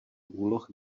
úloh